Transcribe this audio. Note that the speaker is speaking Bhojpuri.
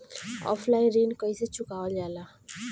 ऑफलाइन ऋण कइसे चुकवाल जाला?